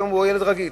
והיום הוא ילד רגיל.